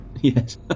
Yes